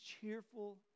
cheerful